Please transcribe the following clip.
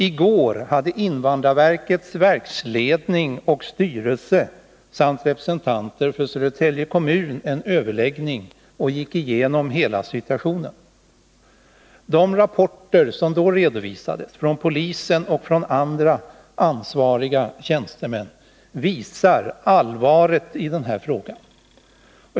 I går hade invandrarverkets verksledning och styrelse samt representanter för Södertälje kommun en överläggning där man gick igenom situationen. De rapporter som då lämnades från polisen och andra ansvariga tjänstemän visar allvaret i den här frågan.